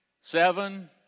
seven